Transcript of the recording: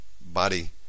body